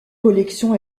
collection